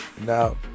Now